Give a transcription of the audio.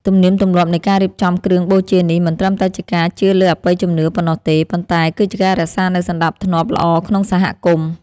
ទំនៀមទម្លាប់នៃការរៀបចំគ្រឿងបូជានេះមិនត្រឹមតែជាការជឿលើអបិយជំនឿប៉ុណ្ណោះទេ ប៉ុន្តែគឺជាការរក្សានូវសណ្តាប់ធ្នាប់ល្អក្នុងសហគមន៍។